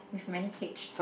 with many Hs